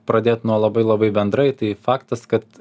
pradėt nuo labai labai bendrai tai faktas kad